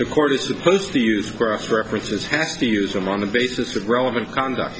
the court is supposed to use cross references has to use them on the basis of relevant conduct